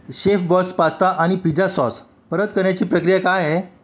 Chef Boss pasta आणि pizza sauce परत करण्याची प्रक्रिया काय आहे